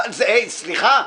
סליחה.